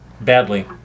badly